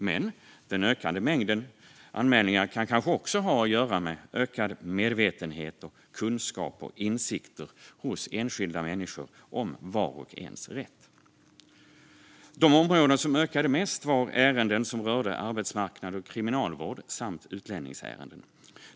Men den ökande mängden anmälningar kan också ha att göra med ökad medvetenhet, kunskap och insikter hos enskilda människor om vars och ens rätt. De områden som ökade mest var ärenden som rörde arbetsmarknad och kriminalvård samt utlänningsärenden.